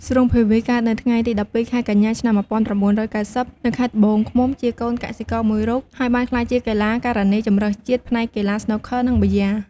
ស្រួង ភាវី កើតនៅថ្ងៃទី ១២ ខែកញ្ញា ឆ្នាំ ១៩៩០ នៅខេត្តត្បូងឃ្មុំ ជាកូនកសិករមួយរូប ហើយបានក្លាយជាកីឡាការិនីជម្រើសជាតិផ្នែកកីឡាស្នូកឃ័រនិងប៊ីយ៉ា។